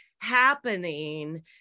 happening